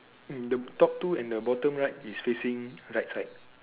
mm the top two and the bottom right is facing right side